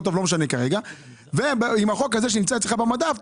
זה לא משנה - והחוק הזה שנמצא אצלך על המדף,